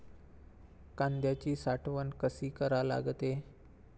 कांद्याची साठवन कसी करा लागते?